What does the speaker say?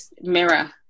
mirror